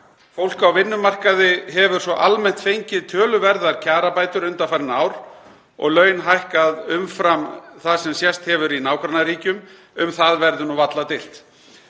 Fólk á vinnumarkaði hefur svo almennt fengið töluverðar kjarabætur undanfarin ár og laun hækkað umfram það sem sést hefur í nágrannaríkjum, um það verður varla deilt.